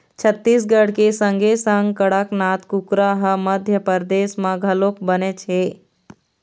छत्तीसगढ़ के संगे संग कड़कनाथ कुकरा ह मध्यपरदेस म घलोक बनेच हे